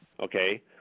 okay